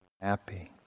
happy